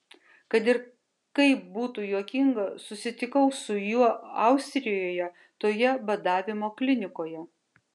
kad ir kaip būtų juokinga susitikau su juo austrijoje toje badavimo klinikoje